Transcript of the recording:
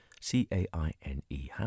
C-A-I-N-E